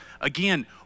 again